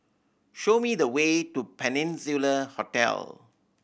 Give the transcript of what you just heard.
show me the way to Peninsula Hotel